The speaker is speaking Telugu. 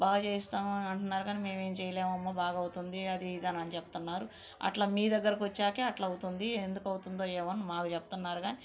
బాగు చేయిస్తాము అని అంటున్నారు కానీ మేమేమి చేయలేమమ్మా బాగవుతుంది అది ఇది అని చెప్తున్నారు అలా మీ దగ్గరకి వచ్చాకే అలా అవుతుంది ఎందుకు అవుతుందో ఏమో మాకు చెప్తున్నారు కానీ